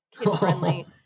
kid-friendly